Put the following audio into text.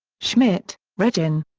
schmidt, regin.